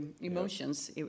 emotions